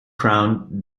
crowned